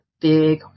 big